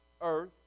earth